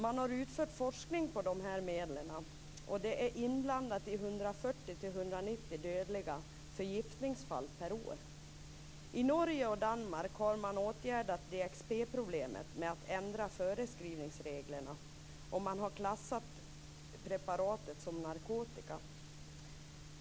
Man har utfört forskning på de här medlen, och de är inblandade i 140-190 dödliga förgiftningsfall per år. I Norge och Danmark har man åtgärdat DXP-problemet genom att ändra föreskrivningsreglerna, och man har klassat preparatet som narkotika.